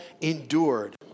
endured